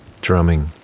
drumming